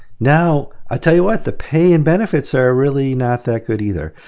now i'll tell you what the pay and benefits are really not that good either.